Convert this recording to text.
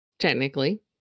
Technically